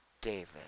David